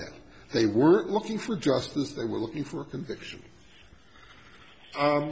that they weren't looking for justice they were looking for a conviction